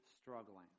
struggling